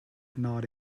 gnawed